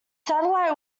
satellite